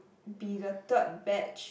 be the third batch